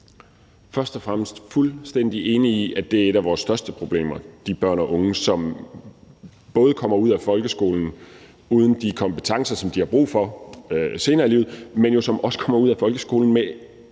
Først og fremmest er jeg fuldstændig enig i, at det er et af vores største problemer, altså de børn og unge, som både kommer ud af folkeskolen uden de kompetencer, de har brug for senere i livet, men jo også kommer ud af folkeskolen med